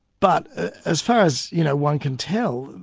but as far as you know one can tell,